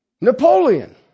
Napoleon